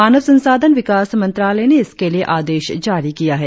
मानव संसाधन विकास मंत्रालय ने इसके लिए आदेश जारी किया है